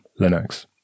Linux